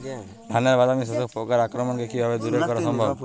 ধানের বাদামি শোষক পোকার আক্রমণকে কিভাবে দূরে করা সম্ভব?